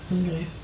Okay